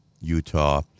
Utah